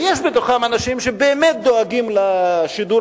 ויש בתוכם אנשים שבאמת דואגים לשידור